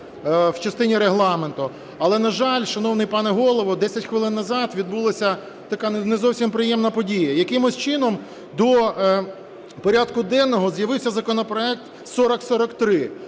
в частині Регламенту. Але, на жаль, шановний пане Голово, 10 хвилин назад відбулася така не зовсім приємна подія. Якимось чином до порядку денного з'явився законопроект 4043,